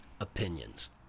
opinions